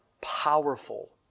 powerful